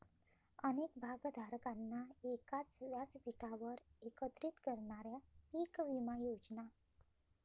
अनेक भागधारकांना एकाच व्यासपीठावर एकत्रित करणाऱ्या पीक विमा योजना